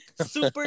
Super